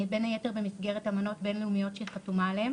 בין היתר במסגרת אמנות בין לאומיות שהיא חתומה עליהן